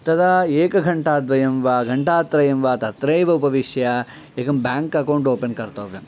तदा एकं घण्टाद्वयं वा घण्टात्रयं वा तत्रैव उपविश्य एकं बाङ्क् अकौन्ट् ओपन् कर्तव्यम्